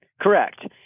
Correct